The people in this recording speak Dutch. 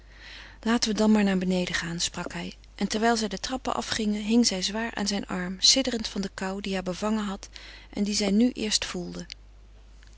laten we dan maar naar beneden gaan sprak hij en terwijl zij de trappen afgingen hing zij zwaar op zijn arm sidderend van de kou die haar bevangen had en die zij nu eerst voelde